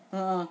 a'ah